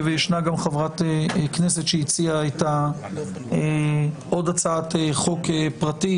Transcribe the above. ויש גם חברת כנסת שהציעה עוד הצעת חוק פרטית